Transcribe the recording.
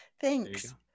Thanks